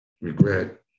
Regret